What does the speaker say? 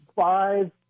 five